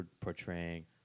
portraying